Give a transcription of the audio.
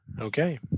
Okay